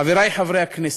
חברי חברי הכנסת,